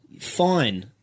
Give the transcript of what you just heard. Fine